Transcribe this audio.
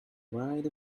right